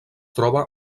troba